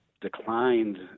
declined